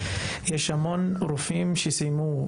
ויש המון רופאים שסיימו.